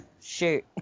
shoot